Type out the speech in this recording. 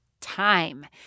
time